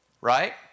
right